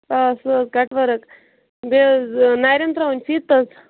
آ سُہ حَظ کٹَورک بیٚیہِ حَظ نٔرین تراوٕنۍ فیٖتہٕ حَظ